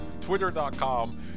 Twitter.com